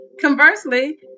Conversely